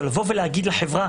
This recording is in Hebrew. לבוא ולהגיד לחברה